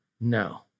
No